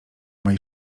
mej